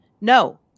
no